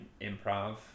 improv